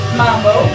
mambo